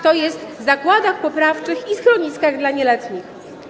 tj. zakładach poprawczych i schroniskach dla nieletnich.